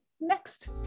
next